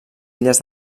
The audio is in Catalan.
illes